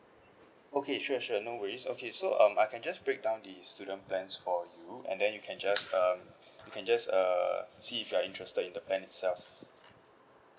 okay sure sure no worries okay so um I can just break down the student plans for you and then you can just um you can just uh see if you are interested in the plan itself